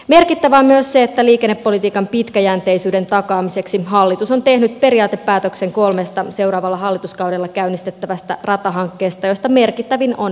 merkittävää on myös se että liikennepolitiikan pitkäjänteisyyden takaamiseksi hallitus on tehnyt periaatepäätöksen kolmesta seuraavalla hallituskaudella käynnistettävästä ratahankkeesta joista merkittävin on pisara rata